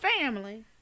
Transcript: family